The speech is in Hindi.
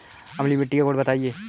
अम्लीय मिट्टी का गुण बताइये